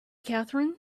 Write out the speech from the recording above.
catherine